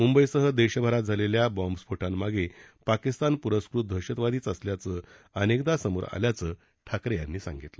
मुंबईसह देशभरात झालेल्या बॉम्बस्फोटांमागे पाकिस्तान पुरस्कृत दहशतवादीच असल्याचं अनेकदा समोर आल्याचं ठाकरे यांनी सांगितलं